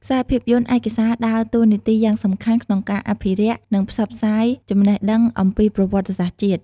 ខ្សែភាពយន្តឯកសារដើរតួនាទីយ៉ាងសំខាន់ក្នុងការអភិរក្ស និងផ្សព្វផ្សាយចំណេះដឹងអំពីប្រវត្តិសាស្ត្រជាតិ។